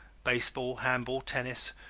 baseball, handball, tennis,